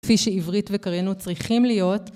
כפי שעברית וקריינות צריכים להיות.